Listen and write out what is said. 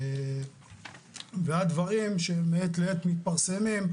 והדברים שמעת לעת מתפרסמים,